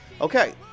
okay